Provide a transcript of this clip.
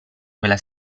quella